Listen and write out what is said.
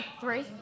Three